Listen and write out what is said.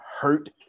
hurt